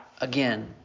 Again